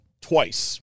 twice